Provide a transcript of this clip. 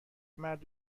مرد